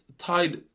tied